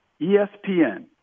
ESPN